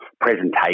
presentation